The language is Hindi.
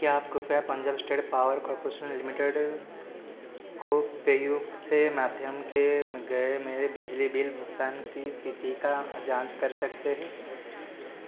क्या आप कृपया Punjab state power corporation limited को पेयू से माध्यम के गए मेरे बिजली बिल भुगतान की स्थिति का जाँच कर सकते हैं